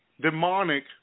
demonic